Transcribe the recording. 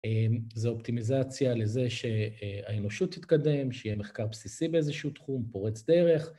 זה אופטימיזציה לזה שהאנושות תתקדם, שיהיה מחקר בסיסי באיזשהו תחום, פורץ דרך.